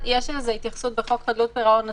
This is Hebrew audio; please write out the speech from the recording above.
ו"עוגן"